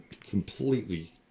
completely